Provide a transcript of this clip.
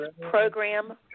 Program